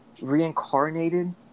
reincarnated